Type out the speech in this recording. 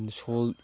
soil